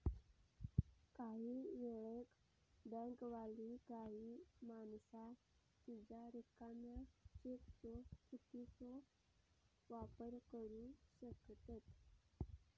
काही वेळेक बँकवाली काही माणसा तुझ्या रिकाम्या चेकचो चुकीचो वापर करू शकतत